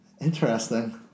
Interesting